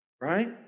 right